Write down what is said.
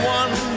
one